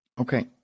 Okay